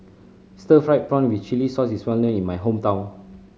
stir fried prawn with chili sauce is well known in my hometown